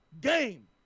Game